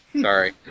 Sorry